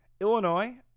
Illinois